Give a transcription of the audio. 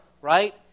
right